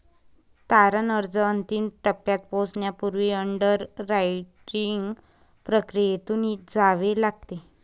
तारण अर्ज अंतिम टप्प्यात पोहोचण्यापूर्वी अंडररायटिंग प्रक्रियेतून जावे लागते